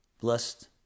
blessed